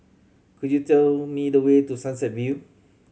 could you tell me the way to Sunset View